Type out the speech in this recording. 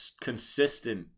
consistent